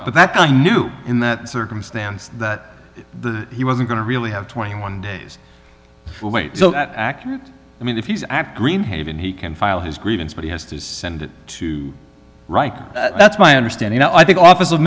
but that i knew in that circumstance that he wasn't going to really have twenty one days accurate i mean if he's act dream haven he can file his grievance but he has to send it to right that's my understanding i think office of